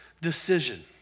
decision